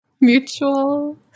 Mutual